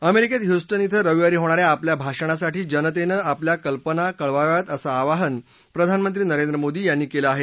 अमेरिकेत ह्यूस्टन इथं रविवारी होणाऱ्या आपल्या भाषणासाठी जनतेनं आपल्या कल्पना कळवाव्यात असं आवाहन प्रधानमंत्री नरेंद्र मोदी यांनी केलं आहे